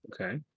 okay